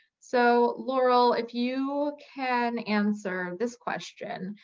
so laurel, if you can answer this question,